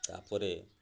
ତା'ପରେ